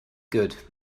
good